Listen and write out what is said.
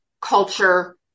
culture